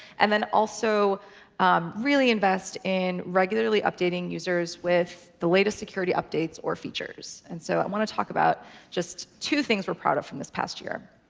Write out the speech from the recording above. and then also really invest in regularly updating users with the latest security updates or features. and so i want to talk about just two things we're proud of from this past year.